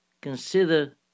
Consider